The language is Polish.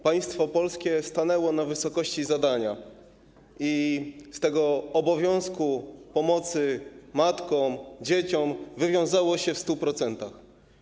Państwo polskie stanęło na wysokości zadania i z tego obowiązku pomocy matkom, dzieciom wywiązało się w 100%.